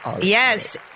Yes